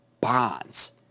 bonds